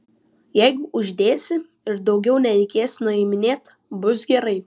jeigu uždėsi ir daugiau nereikės nuiminėt bus gerai